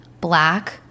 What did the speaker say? black